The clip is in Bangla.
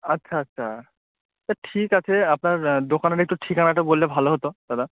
আচ্ছা আচ্ছা তা ঠিক আছে আপনার দোকানের একটু ঠিকানাটা বললে ভালো হতো দাদা